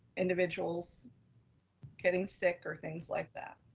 individuals getting sick or things like that.